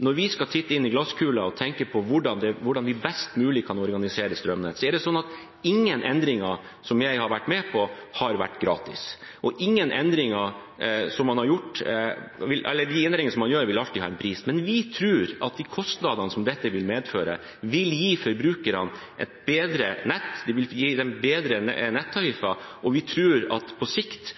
når vi skal titte inn i glasskulen og tenke på hvordan vi best mulig kan organisere strømnettet, er det sånn at ingen endringer som jeg har vært med på, har vært gratis. De endringene man gjør, vil alltid ha en pris. Men vi tror at de kostnadene som dette vil medføre, vil gi forbrukerne et bedre nett, det vil gi dem bedre nettariffer, og vi tror at på sikt